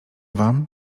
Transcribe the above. wam